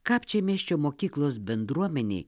kapčiamiesčio mokyklos bendruomenei